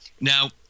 Now